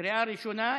בקריאה ראשונה.